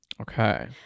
Okay